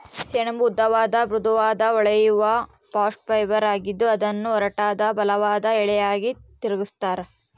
ಸೆಣಬು ಉದ್ದವಾದ ಮೃದುವಾದ ಹೊಳೆಯುವ ಬಾಸ್ಟ್ ಫೈಬರ್ ಆಗಿದ್ದು ಅದನ್ನು ಒರಟಾದ ಬಲವಾದ ಎಳೆಗಳಾಗಿ ತಿರುಗಿಸ್ತರ